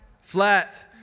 flat